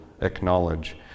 acknowledge